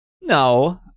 No